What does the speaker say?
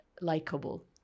likable